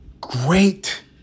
great